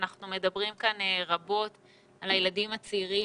אנחנו מדברים כאן רבות על הילדים הצעירים,